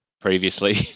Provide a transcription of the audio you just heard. previously